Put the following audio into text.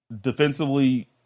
defensively